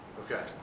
Okay